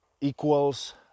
equals